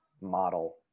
model